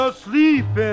asleep